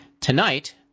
Tonight